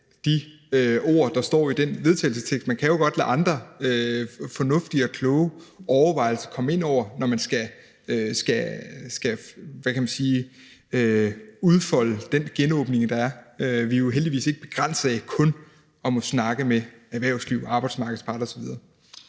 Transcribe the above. de ord, der står i den vedtagelsestekst. Man kan jo godt lade andre fornuftige og kloge overvejelser komme ind over, når man skal udfolde den genåbning, der skal være. Vi er jo heldigvis ikke begrænset af kun at måtte snakke med erhvervslivet, arbejdsmarkedets parter osv.